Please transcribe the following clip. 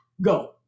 go